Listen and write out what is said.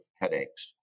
headaches